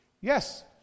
Yes